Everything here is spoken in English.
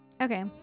Okay